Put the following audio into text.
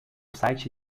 site